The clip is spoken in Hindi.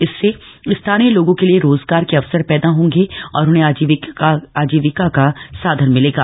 इससे स्थानीय लोगों के लिए रोजगार के अवसर पैदा होंगे और उन्हें आजीविका का साधन मिलेगा